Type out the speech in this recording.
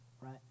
right